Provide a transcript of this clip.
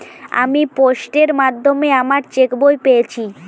আমি পোস্টের মাধ্যমে আমার চেক বই পেয়েছি